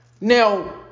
Now